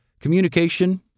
Communication